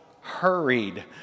hurried